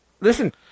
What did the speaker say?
Listen